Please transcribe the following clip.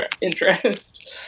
interest